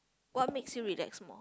what makes you relax more